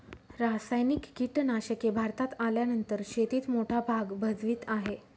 रासायनिक कीटनाशके भारतात आल्यानंतर शेतीत मोठा भाग भजवीत आहे